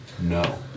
No